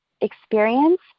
experience